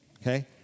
okay